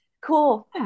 Cool